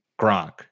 Gronk